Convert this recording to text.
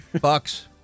Bucks